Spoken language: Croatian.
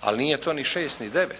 Ali nije to ni 6 ni 9,